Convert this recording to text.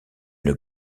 une